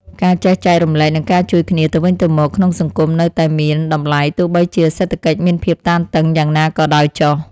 ការចេះចែករំលែកនិងការជួយគ្នាទៅវិញទៅមកក្នុងសង្គមនៅតែមានតម្លៃទោះបីជាសេដ្ឋកិច្ចមានភាពតានតឹងយ៉ាងណាក៏ដោយចុះ។